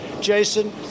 Jason